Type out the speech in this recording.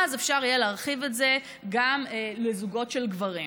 אז אפשר יהיה להרחיב את זה גם לזוגות של גברים.